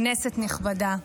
כנסת נכבדה,